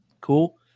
Cool